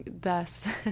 thus